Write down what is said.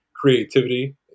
creativity